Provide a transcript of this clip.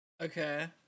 Okay